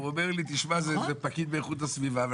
והוא אומר לי תשמע, איזה פקיד מאיכות הסביבה.